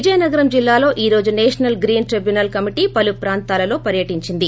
విజయనగరం జిల్లాలో ఈ రోజు నేషనల్ గ్రీన్ ట్రిబ్యునల్ ఎన్నీటి కమిటీ పలు ప్రాంతాలలో పర్యటించింది